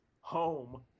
home